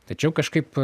tačiau kažkaip